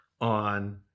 on